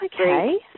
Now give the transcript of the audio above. Okay